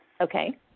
Okay